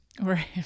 Right